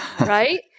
Right